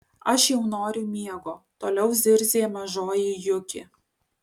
aš jau noriu miego toliau zirzė mažoji juki